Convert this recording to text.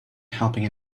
helping